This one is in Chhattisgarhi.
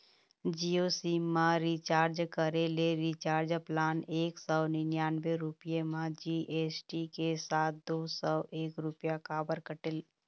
जियो सिम मा रिचार्ज करे ले रिचार्ज प्लान एक सौ निन्यानबे रुपए मा जी.एस.टी के साथ दो सौ एक रुपया काबर कटेल?